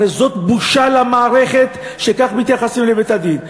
הרי זאת בושה למערכת שכך מתייחסים לבית-הדין.